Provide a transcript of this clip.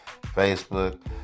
Facebook